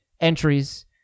entries